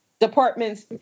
departments